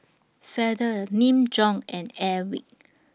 Feather Nin Jiom and Airwick